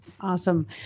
Awesome